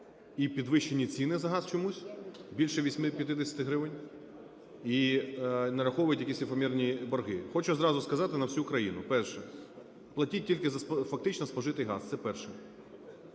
і підвищені ціни за газ чомусь, більше 85 гривень, і нараховують якісь ефемерні борги. Хочу зразу сказати на всю країну. Перше. Платіть тільки за фактично спожитий газ. Це перше.